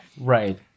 right